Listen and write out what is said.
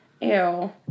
Ew